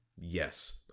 Yes